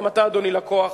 גם אתה, אדוני, לקוח.